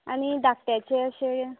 आनी धाकट्याचे अशे